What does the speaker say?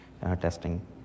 testing